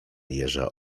jeża